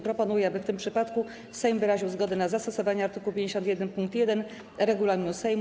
Proponuję, aby w tym przypadku Sejm wyraził zgodę na zastosowanie art. 51 pkt 1 regulaminu Sejmu.